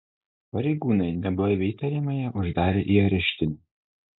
pareigūnai neblaivią įtariamąją uždarė į areštinę